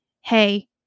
hey